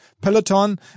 Peloton